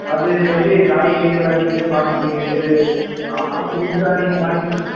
அது எப்படி காய்கறி எல்லாம் நீங்களே பார்த்துப்பீங்க இது நாங்கள் காசு கொடுத்துட்டா நீங்கள் வாங்கிக்கு